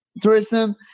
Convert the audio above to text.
tourism